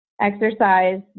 exercise